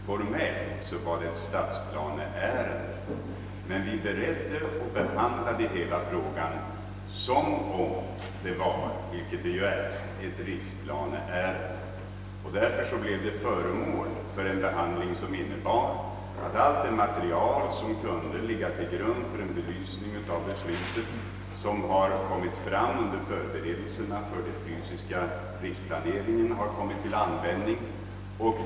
Formellt var det ett stadsplaneärende, men vi beredde och behandlade hela frågan som om det var ett riksplaneärende — vilket det också är. Därför blev det föremål för en behandling som innebar att allt material som kunde ligga till grund för en belysning av ärendet — och som kommit fram under förberedelserna för den fysiska riksplaneringen — har kommit till användning.